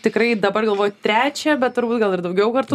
tikrai dabar galvoju trečią bet turbūt gal ir daugiau kartų